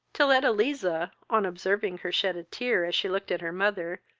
till edeliza, on observing her shed a tear as she looked at her mother,